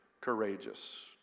courageous